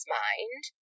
mind